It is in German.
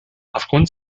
aufgrund